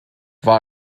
war